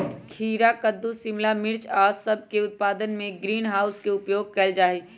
खीरा कद्दू शिमला मिर्च और सब के उत्पादन में भी ग्रीन हाउस के उपयोग कइल जाहई